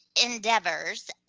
endeavors.